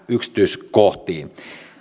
yksityiskohtiin